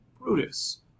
Brutus